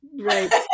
right